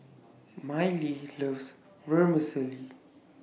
Mylie loves Vermicelli